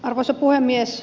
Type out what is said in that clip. arvoisa puhemies